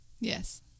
yes